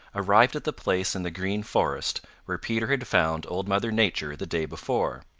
arrived at the place in the green forest where peter had found old mother nature the day before.